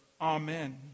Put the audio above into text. Amen